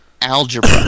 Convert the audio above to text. Algebra